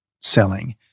selling